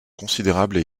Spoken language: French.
considérables